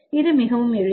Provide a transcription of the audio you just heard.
இது மிகவும் எளிது